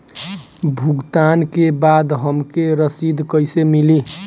भुगतान के बाद हमके रसीद कईसे मिली?